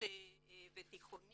ובתיכונים